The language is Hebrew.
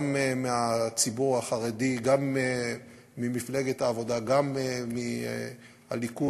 גם מהציבור החרדי, גם ממפלגת העבודה, גם מהליכוד,